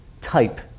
type